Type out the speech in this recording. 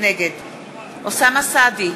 נגד אוסאמה סעדי,